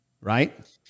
Right